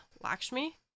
Lakshmi